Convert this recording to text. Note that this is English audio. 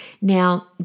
Now